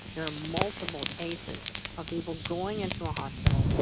there are multiple cases of people going into a hospital,